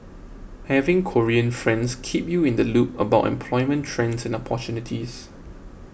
having Korean friends keep you in the loop about employment trends and opportunities